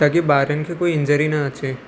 ताकी ॿारनि खे कोई इंजरी न अचे